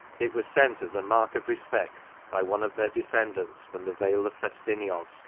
it was sent as a mark of respect by one of their descendants from the vale of festiniog,